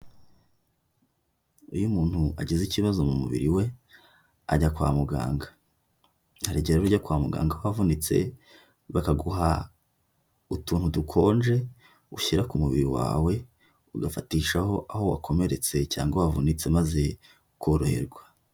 Iyo umuntu agize ikibazo mu mubiri we ajya kwa muganga, hari igihe rero ujya kwa muganga wavunitse, bakaguha utuntu dukonje ushyira ku mubiri wawe, ugafatishaho aho wakomeretse cyangwa wavunitse maze ukoroherwa.